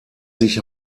sich